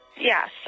Yes